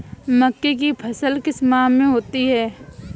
मक्के की फसल किस माह में होती है?